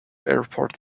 airport